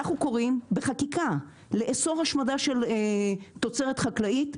אנחנו קוראים בחקיקה לאסור השמדה של תוצרת חקלאית,